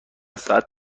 ساعت